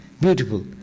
Beautiful